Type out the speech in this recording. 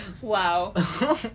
Wow